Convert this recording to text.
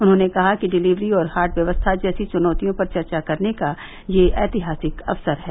उन्होंने कहा कि डिलीवरी और हाट व्यवस्था जैसी चुनौतियों पर चर्चा करने का यह ऐतिहासिक अवसर है